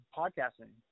podcasting